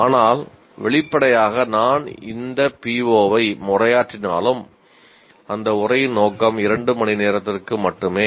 அதனால் வெளிப்படையாக நான் இந்த POவை உரையாற்றினாலும் அந்த உரையின் நோக்கம் 2 மணிநேரத்திற்கு மட்டுமே